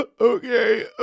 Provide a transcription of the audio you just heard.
okay